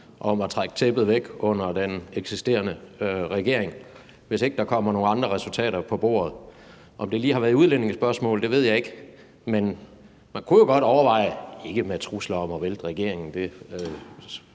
om at trække tæppet væk under den eksisterende regering, hvis ikke der kommer nogle andre resultater på bordet. Om det lige har været i udlændingespørgsmål, ved jeg ikke, men man kunne jo godt overveje – ikke med trusler om at vælte regeringen,